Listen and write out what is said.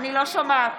בעד